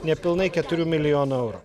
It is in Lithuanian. nepilnai keturių milijonų eurų